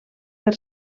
per